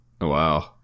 wow